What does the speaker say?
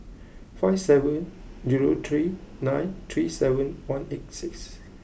five seven zero three nine three seven one eight six